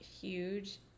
huge